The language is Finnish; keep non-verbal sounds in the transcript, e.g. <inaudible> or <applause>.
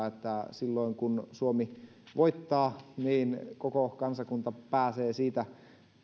<unintelligible> että silloin kun suomi voittaa koko kansakunta pääsee siitä